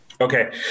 Okay